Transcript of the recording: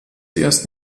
erst